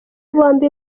bombi